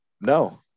No